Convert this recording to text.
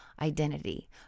identity